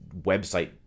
website